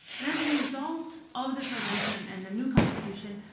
and as a result of this revolution and the new constitution,